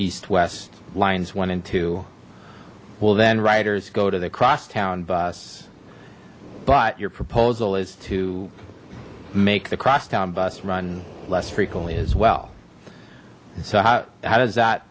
east west lines one and two well then riders go to the crosstown bus but your proposal is to make the crosstown bus run less frequently as well so how how does that